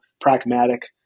pragmatic